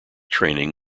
training